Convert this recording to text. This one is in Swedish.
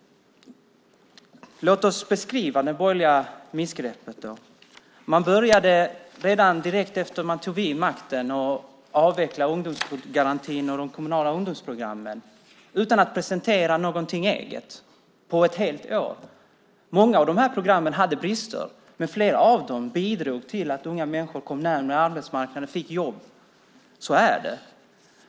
Låt oss beskriva det borgerliga missgreppet. Man började direkt efter att man tog över makten att avveckla ungdomsgarantin och de kommunala ungdomsprogrammen utan att presentera någonting eget på ett helt år. Många av de här programmen hade brister, men flera av dem bidrog till att unga människor kom närmare arbetsmarknaden och fick jobb. Så är det.